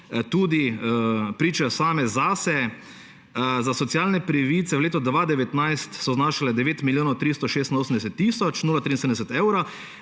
tudi pričajo same zase, socialne pravice v letu 2019 so znašale 9 milijonov 386 tisoč 73 evrov,